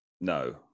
No